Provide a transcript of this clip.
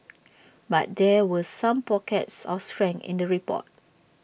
but there were some pockets of strength in the report